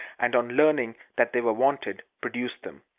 and, on learning that they were wanted, produced them.